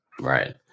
Right